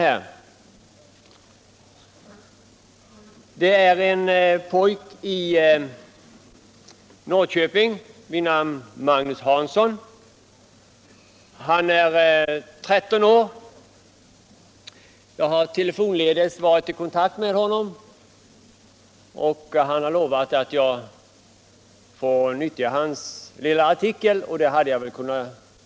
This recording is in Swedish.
Det är en insändare skriven av en pojke i Norrköping vid Magnus Hansson. Han är 13 år. Jag har telefonledes varit i kontakt med honom, och han har lovat att jag får utnyttja artikeln.